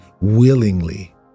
willingly